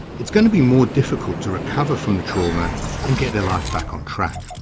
it's going to be more difficult to recover from the trauma and get their life back on track.